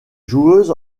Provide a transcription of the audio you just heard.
joueuses